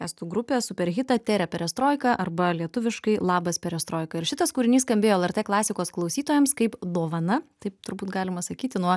estų grupės superhitą tere perestroika arba lietuviškai labas perestroika ir šitas kūrinys skambėjo lrt klasikos klausytojams kaip dovana taip turbūt galima sakyti nuo